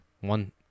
one